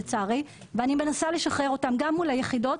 ואני מנסה לשחרר אותן גם מול היחידות.